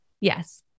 Yes